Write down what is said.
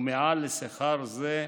ומעל לשכר זה,